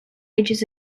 ages